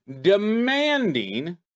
demanding